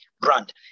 brand